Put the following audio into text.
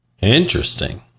Interesting